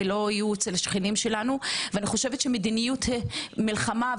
אני חושבת שמדיניות מלחמה,